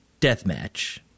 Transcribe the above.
Deathmatch